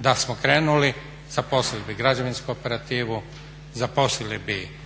Da smo krenuli zaposlili bi građevinsku operativu, zaposlili bi